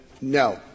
No